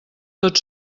tot